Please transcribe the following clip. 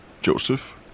Joseph